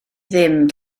ddim